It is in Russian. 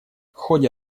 ходе